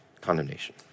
Condemnation